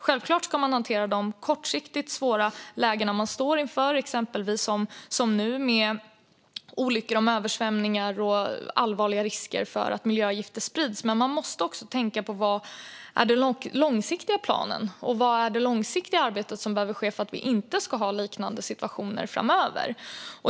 Självklart ska man hantera de kortsiktigt svåra lägen man står inför, som nu med olyckor, översvämningar och allvarliga risker för att miljögifter sprids, men man måste också tänka på vad som är den långsiktiga planen och vilket långsiktigt arbete som behöver ske för att vi inte ska ha liknande situationer framöver.